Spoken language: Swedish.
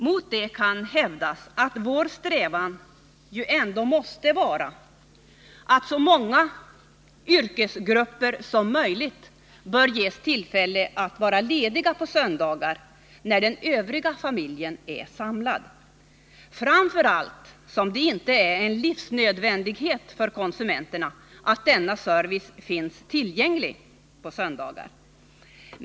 Mot detta kan sägas att vår strävan ändå måste vara att ge så många yrkesgrupper som möjligt tillfälle att vara lediga på söndagar när den övriga familjen är samlad, framför allt som det inte är en livsnödvändighet för konsumenterna att denna service finns tillgänglig på söndagar.